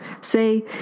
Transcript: Say